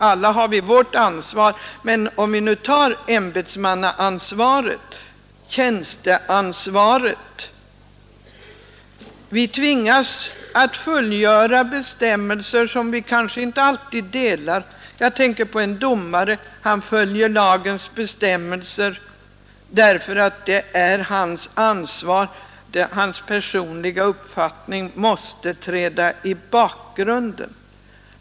Alla har vi vårt ansvar, men jag vill speciellt beröra ämbetsmannaansvaret, tjänsteansvaret: Vi tvingas tillämpa bestämmelser som vi kanske inte alltid tycker är riktiga. Jag tänker på en domare: Han tillämpar lagens bestämmelser därför att han måste göra det för att uppfylla sitt ansvar. Hans personliga uppfattning måste träda i bakgrunden.